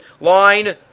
Line